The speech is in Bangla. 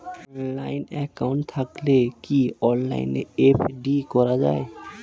অনলাইন একাউন্ট থাকলে কি অনলাইনে এফ.ডি করা যায়?